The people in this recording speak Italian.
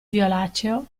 violaceo